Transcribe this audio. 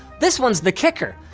this one's the kicker,